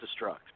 destruct